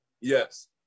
Yes